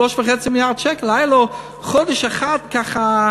מס עקרת-בית עוד נמצא בדיון בוועדת כספים.